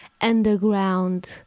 underground